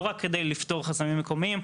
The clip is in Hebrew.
לא רק כדי לפתור חסמים מקומיים.